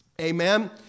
amen